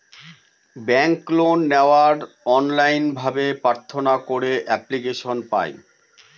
ব্যাঙ্কে লোন নেওয়ার অনলাইন ভাবে প্রার্থনা করে এপ্লিকেশন পায়